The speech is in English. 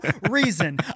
reason